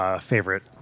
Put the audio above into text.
favorite